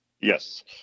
Yes